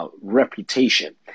Reputation